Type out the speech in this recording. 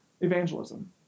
evangelism